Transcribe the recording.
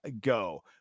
go